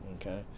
Okay